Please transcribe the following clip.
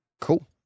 cool